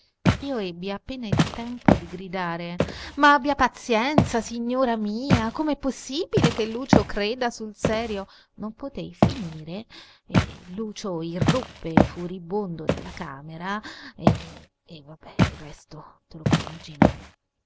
io ebbi appena il tempo di gridare ma abbia pazienza signora mia com'è possibile che lucio creda sul serio non potei finire lucio irruppe furibondo nella camera e il resto te lo puoi immaginare